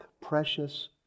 precious